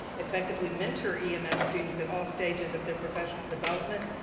effectively mentor ems students at all stages of their professional development,